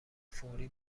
فوری